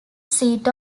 seat